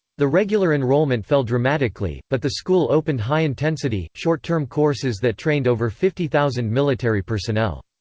the regular enrollment fell dramatically, but the school opened high-intensity, short-term courses that trained over fifty thousand military personnel.